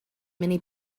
many